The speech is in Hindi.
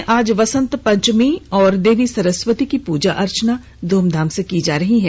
देश में आज बसंत पंचमी और देवी सरस्वती की पूजा अर्चना धूमधाम से की जा रही है